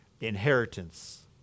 inheritance